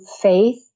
faith